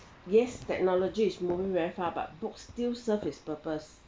yes technology is moving very far but books still serve it's purpose